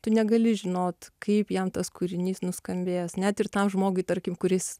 tu negali žinot kaip jam tas kūrinys nuskambės net ir tam žmogui tarkim kuris